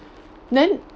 then